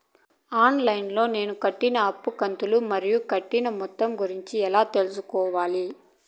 On line లో నేను కట్టిన అప్పు కంతులు మరియు కట్టిన మొత్తం గురించి ఎలా తెలుసుకోవాలి?